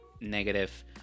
negative